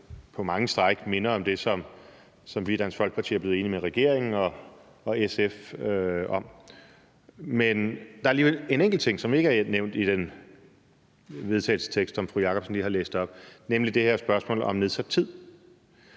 på mange stræk minder om det, som vi i Dansk Folkeparti er blevet enige med regeringen og SF om. Men der er alligevel en enkelt ting, som ikke er nævnt i den vedtagelsestekst, som fru Sólbjørg Jakobsen lige har læst op, nemlig det her spørgsmål om nedsat tid.